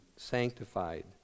Sanctified